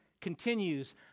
continues